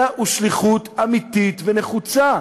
אלא הוא שליחות אמיתית ונחוצה,